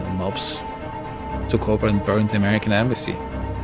mobs took over and burned the american embassy.